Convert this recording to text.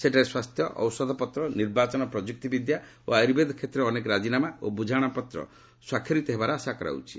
ସେଠାରେ ସ୍ୱାସ୍ଥ୍ୟ ଔଷଧପତ୍ର ନିର୍ବାଚନ ପ୍ରଯୁକ୍ତି ବିଦ୍ୟା ଓ ଆୟୁର୍ବେଦ କ୍ଷେତ୍ରରେ ଅନେକ ରାଜିନାମା ଓ ବୁଝାମଣାପତ୍ର ସ୍ୱାକ୍ଷରିତ ହେବାର ଆଶା କରାଯାଉଛି